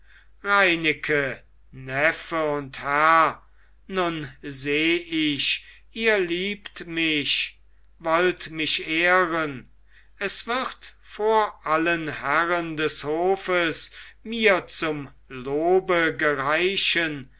nun seh ich ihr liebt mich wollt mich ehren es wird vor allen herren des hofes mir zum lobe gereichen